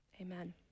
amen